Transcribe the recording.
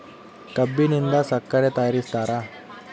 ಕಬ್ಬಿನಿಂದ ಸಕ್ಕರೆ ತಯಾರಿಸ್ತಾರ